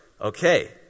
okay